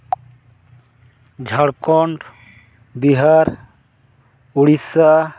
Jharkhand Bihar Odisha